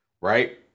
right